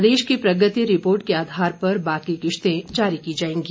प्रदेश की प्रगति रिपोर्ट के आधार पर बाकी किश्तें जारी की जाएंगी